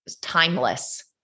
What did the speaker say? timeless